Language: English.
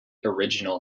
original